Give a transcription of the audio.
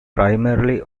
primarily